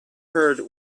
heard